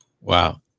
Wow